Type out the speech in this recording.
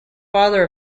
father